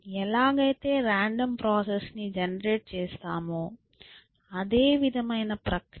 ఎలాగైతే random process ని generate చేస్తామో అదే విధమైన ప్రక్రియ